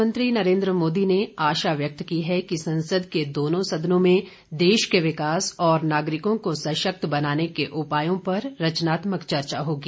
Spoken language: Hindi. प्रधानमंत्री नरेन्द्र मोदी ने आशा व्यक्त की है कि संसद के दोनों सदनों में देश के विकास और नागरिकों को सशक्त बनाने के उपायों पर रचनात्मक चर्चा होगी